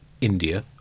India